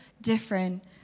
different